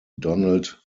donald